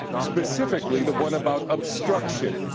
specifically the one about obstruction.